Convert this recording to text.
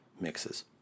mixes